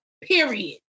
Period